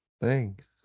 thanks